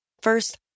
First